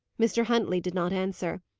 mr. huntley did not answer.